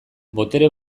botere